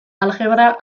aljebra